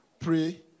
Pray